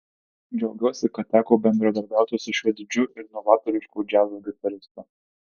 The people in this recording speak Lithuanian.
džiaugiuosi kad teko bendradarbiauti su šiuo didžiu ir novatorišku džiazo gitaristu